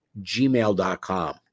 gmail.com